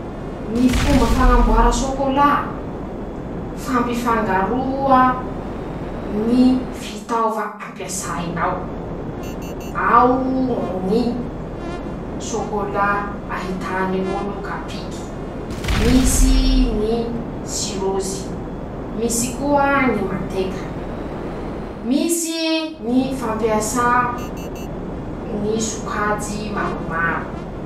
Ñy fomba fañamboara sôkôlà: -Fampifangaroa ñy fitaova ampiasainao, ao o ñy sôkôlà ahitany ñ'olo kapiky, misy ñy sirozy, misy koa ñy manteka, misy ñy fampiasà ñy sokajy maromaro.